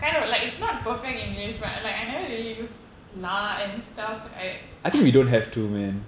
kind of like it's not perfect english but like I never really use lah and stuff right